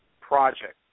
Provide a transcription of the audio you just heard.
project